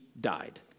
died